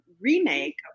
remake